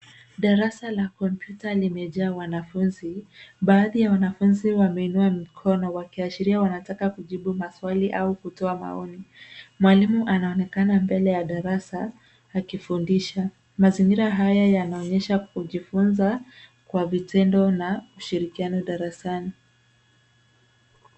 Darasa la kompyuta limejaa wanafunzi. Baadhi ya wanafunzi wameinua mikono wakiashiria wanataka kujibu maswali au kutoa maoni. Mwalimu anaonekana mbele ya darasa akifundisha. Mazingira haya yanaonyesha kujifunza kwa vitendo na ushirikiano darasani.